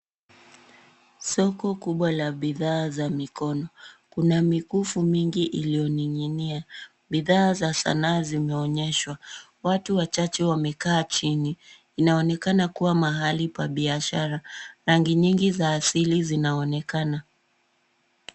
Soko kubwa la bidhaa za mikono. Kuna mikufu mingi iliyoning'inia. Bidhaa za sanaa zimeonyeshwa. Watu wachache wamekaa chini. Inaonekana kuwa mahali pa biashara. Rangi nyingi za asili zinaonekana.